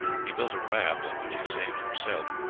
he built a raft, on which he saved himself,